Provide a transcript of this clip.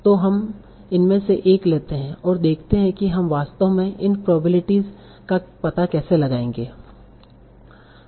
तो हम इनमें से एक लेते हैं और देखते हैं कि हम वास्तव में इन प्रोबेब्लिटीस का पता कैसे लगाएंगे